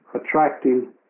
attracting